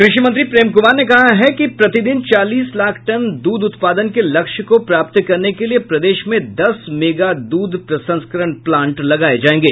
कृषि मंत्री प्रेम कुमार ने कहा है कि प्रतिदिन चालीस लाख टन दूध उत्पादन के लक्ष्य को प्राप्त करने के लिये प्रदेश में दस मेगा दूध प्रसंस्करण प्लांट लगाये जायेंगे